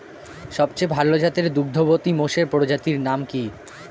সবচেয়ে ভাল জাতের দুগ্ধবতী মোষের প্রজাতির নাম কি?